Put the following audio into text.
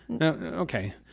Okay